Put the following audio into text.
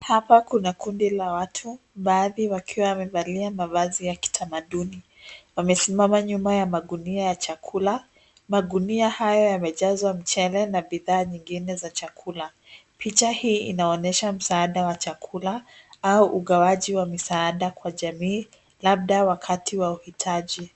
Hapa kuna kundi la watu, baadhi wakiwa wamevalia mavazi ya kitamaduni. Wamesimama nyuma ya magunia ya chakula. Magunia hayo yamejazwa mchele na bidhaa nyingine za chakula. Picha hii inaonyesha msaada wa chakula au ugawaji wa misaada kwa jamii, labda wakati wa uhitaji.